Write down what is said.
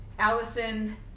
Allison